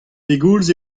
pegoulz